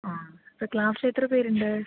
ആ ഇപ്പം ക്ലാസ്സിൽ എത്ര പേരുണ്ട്